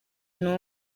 numwe